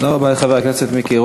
תודה רבה לחבר הכנסת